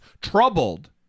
troubled